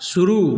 शुरू